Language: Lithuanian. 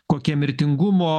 kokie mirtingumo